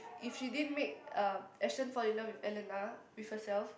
if she didn't make uh Ashton fall in love with Elena with herself